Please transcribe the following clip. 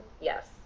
Yes